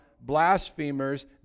blasphemers